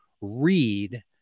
read